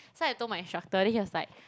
so I told my instructor then he was like